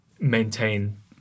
maintain